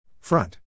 Front